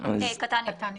קטן יותר.